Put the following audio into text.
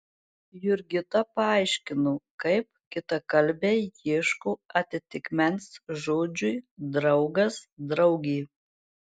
jurgita paaiškino kaip kitakalbiai ieško atitikmens žodžiui draugas draugė